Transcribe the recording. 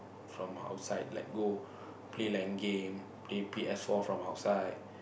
from outside like go play Lan game play p_s-four from outside